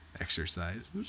exercise